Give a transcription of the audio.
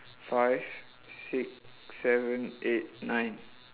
five six seven eight nine